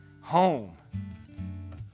home